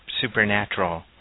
supernatural